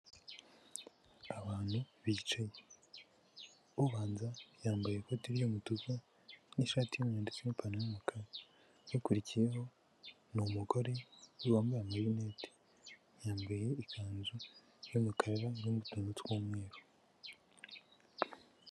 Abantu bicaye, ubanza yambaye ikoti ry'umutuku n'ishati y'umweru ndetse n'ipantaro y'umukara, urikurikiyeho ni umugore wambaye amarinete, yambaye ikanzu y'umukara irimo utuntu tw'umweru.